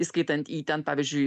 įskaitant į ten pavyzdžiui